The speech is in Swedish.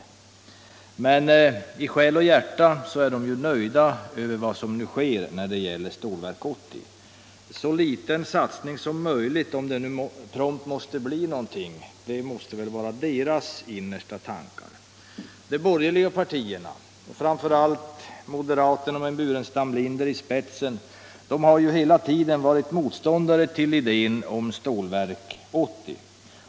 Men i själ och hjärta är de ju nöjda med vad som nu sker när det gäller Stålverk 80. Så liten satsning som möjligt, om det nu prompt måste bli någon — det måste väl vara deras innersta tankar. De borgerliga partierna, framför allt moderata samlingspartiet med Burenstam Linder i spetsen, har ju hela tiden varit motståndare till idén med Stålverk 80.